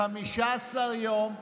15 יום,